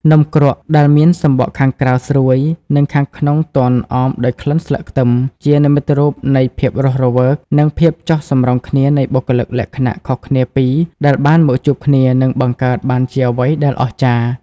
នំគ្រក់ ដែលមានសំបកខាងក្រៅស្រួយ និងខាងក្នុងទន់អមដោយក្លិនស្លឹកខ្ទឹម ជានិមិត្តរូបនៃភាពរស់រវើក និងភាពចុះសម្រុងគ្នានៃបុគ្គលិកលក្ខណៈខុសគ្នាពីរដែលបានមកជួបគ្នា និងបង្កើតបានជាអ្វីដែលអស្ចារ្យ។